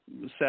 set